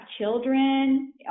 children